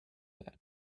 bed